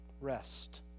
Rest